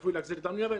צפוי לו גזר דין מוות.